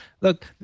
look